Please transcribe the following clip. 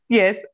yes